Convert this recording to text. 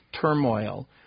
turmoil